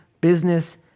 business